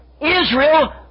Israel